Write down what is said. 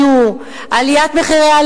עליית מחירי הדיור,